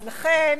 אז לכן,